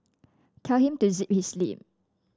tell him to zip his lip